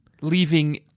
Leaving